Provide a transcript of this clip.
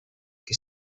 que